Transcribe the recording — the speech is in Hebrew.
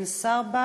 אין שר?